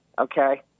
Okay